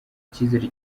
ikizere